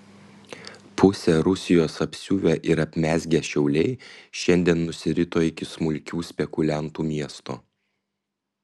pusę rusijos apsiuvę ir apmezgę šiauliai šiandien nusirito iki smulkių spekuliantų miesto